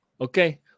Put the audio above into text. okay